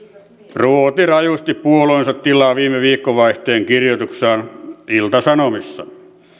ruoti rajusti puolueensa tilaa viime viikonvaihteen kirjoituksessaan ilta sanomissa